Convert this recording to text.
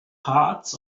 hearts